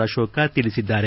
ಅಶೋಕ್ ತಿಳಿಸಿದ್ದಾರೆ